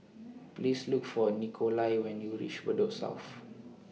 Please Look For Nikolai when YOU REACH Bedok South